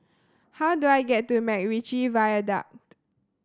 how do I get to MacRitchie Viaduct